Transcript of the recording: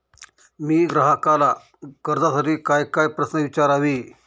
मी ग्राहकाला कर्जासाठी कायकाय प्रश्न विचारावे?